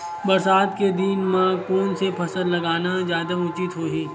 बरसात के दिन म कोन से फसल लगाना जादा उचित होही?